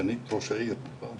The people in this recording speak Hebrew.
סגנית ראש העיר בכרמיאל,